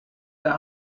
der